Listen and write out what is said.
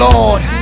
Lord